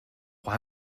why